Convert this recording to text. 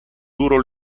duro